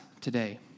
today